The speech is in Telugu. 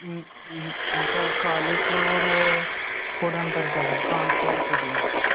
ఇంకా కాలీఫ్లవరు పొడి అంటారు కదండి కార్న్ ఫ్లోర్ పొడి